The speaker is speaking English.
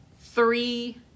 three